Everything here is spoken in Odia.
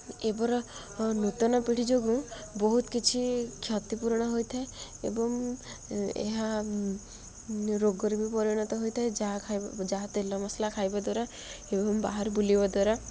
ଏବେର ନୂତନ ପିଢ଼ି ଯୋଗୁଁ ବହୁତ କିଛି କ୍ଷତିପୂରଣ ହୋଇଥାଏ ଏବଂ ଏହା ରୋଗରେ ବି ପରିଣତ ହୋଇଥାଏ ଯାହା ଖାଇବା ଯାହା ତେଲ ମସଲା ଖାଇବା ଦ୍ୱାରା ଏବଂ ବାହାରୁ ବୁଲିବା ଦ୍ୱାରା